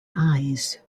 eyes